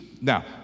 Now